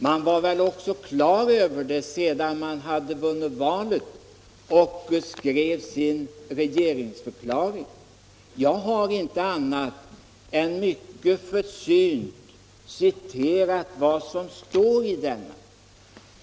| Man visste väl också detta när man skrev sin regeringsförklaring sedan man hade vunnit valet. Jag har inte gjort annat än mycket försynt citerat vad som står i denna.